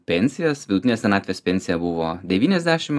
pensijas vidutinė senatvės pensija buvo devyniasdešimt